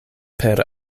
per